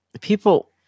people